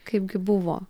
kaipgi buvo